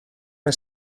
mae